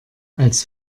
als